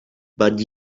but